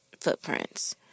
footprints